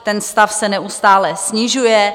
Ten stav se neustále snižuje.